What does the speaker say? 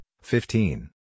fifteen